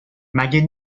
مگه